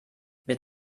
mit